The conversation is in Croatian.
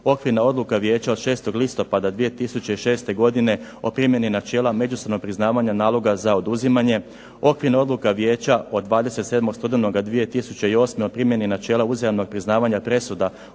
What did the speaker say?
Okvirna odluka Vijeća od 6. listopada 2006. godine o primjeni načela međusobnog priznavanja naloga za oduzimanje, Okvirna odluka Vijeća od 27. studenoga 2008. o primjeni načela uzajamnog priznavanja presuda